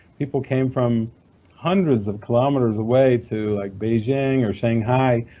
people came from hundreds of kilometers away to like beijing or shanghai,